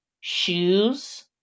shoes